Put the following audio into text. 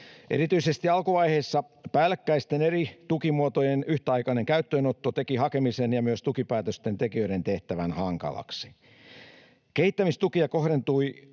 Erityisesti alkuvaiheessa päällekkäisten eri tukimuotojen yhtäaikainen käyttöönotto teki hakemisen ja myös tukipäätösten tekijöiden tehtävän hankalaksi. Kehittämistukia kohdentui